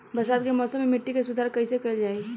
बरसात के मौसम में मिट्टी के सुधार कइसे कइल जाई?